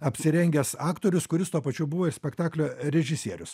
apsirengęs aktorius kuris tuo pačiu buvo ir spektaklio režisierius